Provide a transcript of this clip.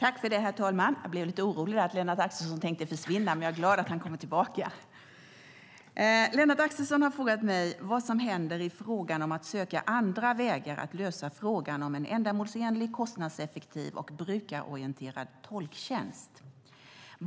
Herr talman! Lennart Axelsson har frågat mig vad som händer i frågan om att söka andra vägar för att lösa frågan om en ändamålsenlig, kostnadseffektiv och brukarorienterad tolktjänst.